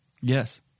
Yes